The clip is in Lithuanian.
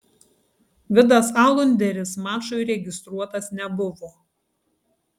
vidas alunderis mačui registruotas nebuvo